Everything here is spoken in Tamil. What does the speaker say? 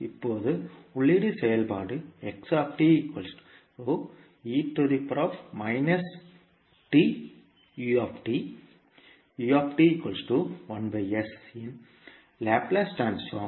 இப்போது உள்ளீட்டு செயல்பாடு இன் லாப்லேஸ் ட்ரான்ஸ்போர்ம்